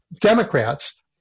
Democrats